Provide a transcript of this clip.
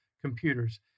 computers